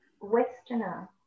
Westerner